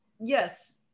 yes